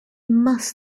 must